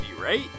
right